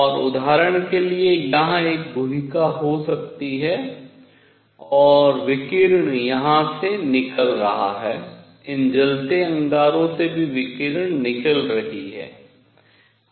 और उदाहरण के लिए यहां एक गुहिका हो सकती है और विकिरण यहाँ से निकल रहा है इन जलते अंगारों से भी विकिरण निकल रही है